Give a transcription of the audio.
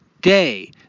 day